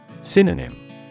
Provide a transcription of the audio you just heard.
Synonym